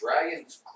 Dragon's